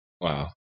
Wow